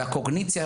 והקוגניציה,